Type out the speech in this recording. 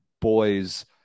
boys